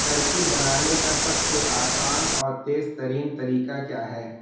Turkey بنانے کا سب سے آسان اور تیز ترین طریقہ کیا ہے